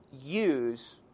use